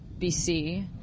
BC